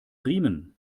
riemen